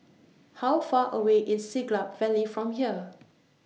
How Far away IS Siglap Valley from here